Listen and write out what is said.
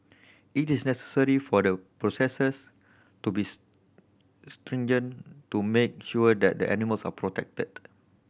it is necessary for the processes to be stringent to make sure that the animals are protected